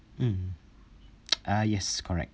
mm uh yes correct